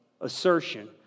assertion